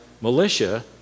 militia